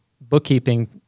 bookkeeping